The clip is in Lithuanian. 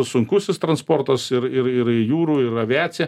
sunkusis transportas ir ir ir jūrų ir aviacija